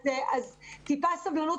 אז טיפה סבלנות,